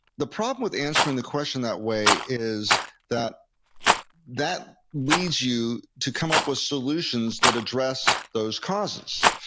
the problem with answering the question that way is that that leads you to come up with solutions that address those causes,